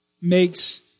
makes